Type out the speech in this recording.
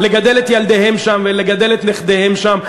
לגדל את ילדיהם שם ולגדל את נכדיהם שם.